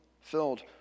filled